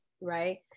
Right